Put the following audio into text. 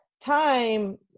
time